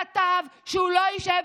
כתב שהוא לא ישב,